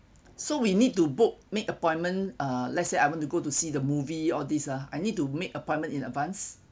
so we need to book make appointment uh let's say I want to go to see the movie all this ah I need to make appointment in advance